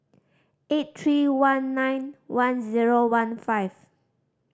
eight three one nine one zero one five